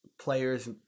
Players